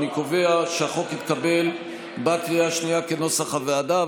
אני קובע שהחוק התקבל בקריאה השנייה כנוסח הוועדה.